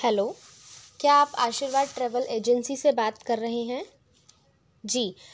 hello क्या आप Ashirwad travel agency से बात कर रहे हैं जी